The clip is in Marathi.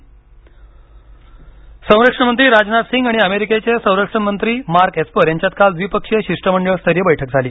भारत अमेरिका संरक्षणमंत्री राजनाथ सिंह आणि अमेरिकेचे संरक्षण मंत्री मार्क एस्पर यांच्यात काल द्विपक्षीय शिष्टमंडळ स्तरीय बैठक झाली